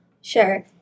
Sure